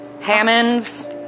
Hammond's